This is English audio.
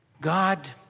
God